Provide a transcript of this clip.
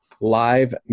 live